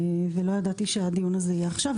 ולא ידעתי שהדיון הזה יהיה עכשיו.